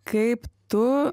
kaip tu